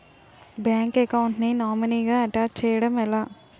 Bank account లో నామినీగా attach చేయడం ఎలా?